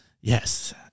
yes